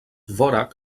dvořák